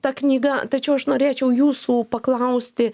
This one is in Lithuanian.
ta knyga tačiau aš norėčiau jūsų paklausti